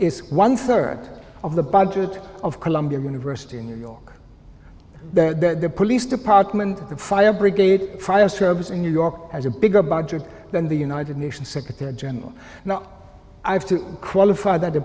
is one third of the budget of columbia university in new york the police department the fire brigade prior service in new york has a bigger budget than the united nations secretary general now i have to qualify that a